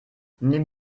nimm